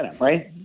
Right